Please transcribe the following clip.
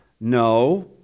No